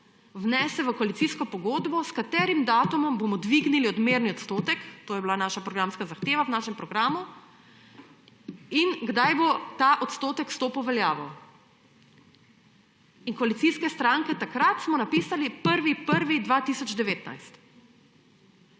vnese v koalicijsko pogodbo, s katerim datumom bomo dvignili odmerni odstotek, to je bila naša programska zahteva v našem programu, in kdaj bo ta odstotek stopil v veljavo. In koalicijske stranke takrat smo napisale – 1. 1. 2019.